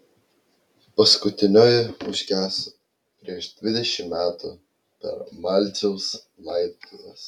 paskutinioji užgeso prieš dvidešimt metų per malciaus laidotuves